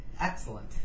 Excellent